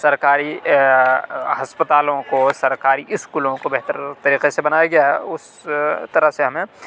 سرکاری ہسپتالوں کو سرکاری اسکولوں کو بہتر طریقے سے بنایا گیا ہے اس طرح سے ہمیں